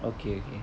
okay okay